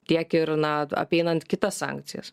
tiek ir na apeinant kitas sankcijas